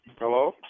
hello